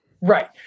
Right